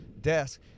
desk